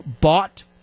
bought